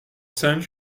cinq